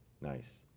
Nice